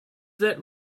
that